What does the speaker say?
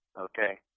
Okay